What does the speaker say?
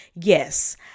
Yes